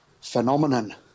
phenomenon